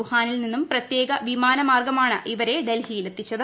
വുഹാനിൽ നിന്നും പ്രത്യേക വിമാന മാർഗ്ഗമാണ് ഇവരെ ഡൽഹിയിലെത്തിച്ചത്